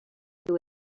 who